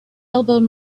elbowed